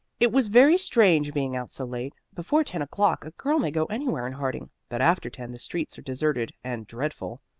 it was very strange being out so late. before ten o'clock a girl may go anywhere in harding, but after ten the streets are deserted and dreadful.